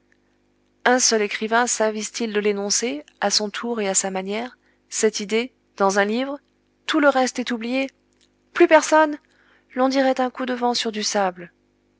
un seul écrivain savise t il de l'énoncer à son tour et à sa manière cette idée dans un livre tout le reste est oublié plus personne l'on dirait un coup de vent sur du sable